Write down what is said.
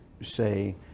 say